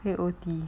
P_O_T